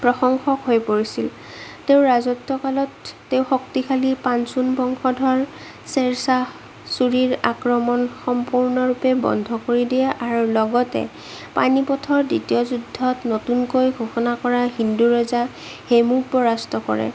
প্ৰশংসক হৈ পৰিছিল তেওঁৰ ৰাজত্ব কালত তেওঁৰ শক্তিশালী পাঞ্চোম বংশধৰ শ্বেৰশ্বাহ চুৰিৰ আক্ৰমণ সম্পূৰ্ণৰূপে বন্ধ কৰি দিয়ে আৰু লগতে পাণিপথৰ দ্বিতীয় যুদ্ধ নতুনকৈ ঘোষণা কৰা হিন্দু ৰজা হেমুক পৰাস্ত কৰে